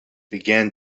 began